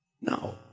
No